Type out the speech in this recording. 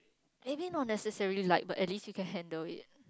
maybe not necessarily like but at least you can handle it